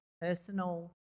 personal